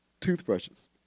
toothbrushes